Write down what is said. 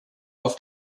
auf